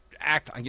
act